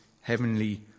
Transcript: heavenly